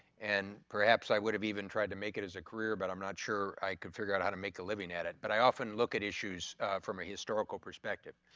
and perhaps, i would have even tried to make it as a career but i'm not sure i could figure out how to make a living at it. but i often look at issues from a historical perspective.